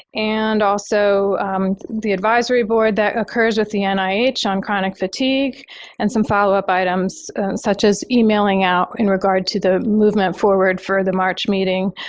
and also the advisory board that occurs with the ah nih on chronic fatigue and some follow up items such as emailing out in regard to the movement forward for the march meeting,